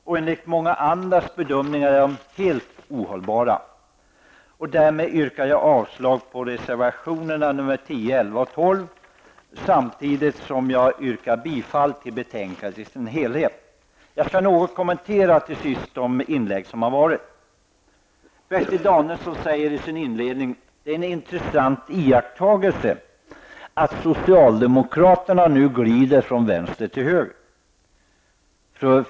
Också enligt många andras bedömningar är de helt ohållbara. Därmed yrkar jag avslag på reservationerna 10, 11 och 12 samtidigt som jag yrkar bifall till hemställan i dess helhet. Jag skall till sist något kommentera de inlägg som har varit. Bertil Danielsson säger i sin inledning att det är en intressant iakttagelse att socialdemokraterna nu glider från vänster till höger.